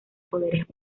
poderes